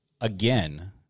again